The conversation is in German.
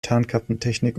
tarnkappentechnik